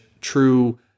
true